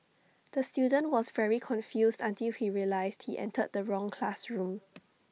the student was very confused until he realised he entered the wrong classroom